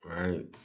Right